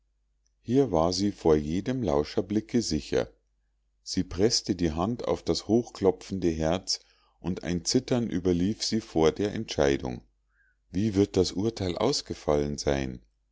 hier war sie vor jedem lauscherblicke sicher sie preßte die hand auf das hochklopfende herz und ein zittern überlief sie vor der entscheidung wie wird sein urteil ausgefallen sein